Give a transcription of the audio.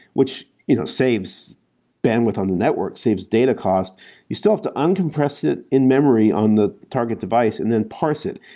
which you know saves bandwidth on the networks, saves data cost you still to uncompress it in memory on the target device and then parse it.